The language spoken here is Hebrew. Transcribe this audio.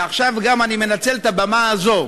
ועכשיו אני גם מנצל את הבמה הזו